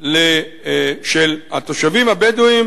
של התושבים הבדואים